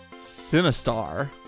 Sinistar